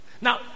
Now